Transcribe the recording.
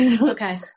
Okay